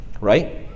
Right